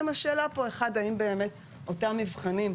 השאלה היא: האם אותם מבחנים,